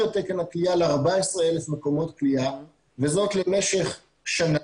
את תקן הכליאה ל-14,000 מקומות כליאה וזאת למשך שנה,